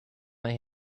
may